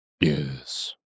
Yes